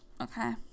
okay